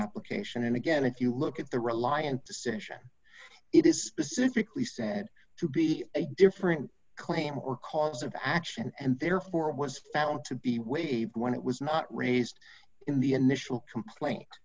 application and again if you look at the reliant decision it is physically said to be a different claim or cause of action and therefore was found to be waived when it was not raised in the initial complaint